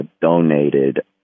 donated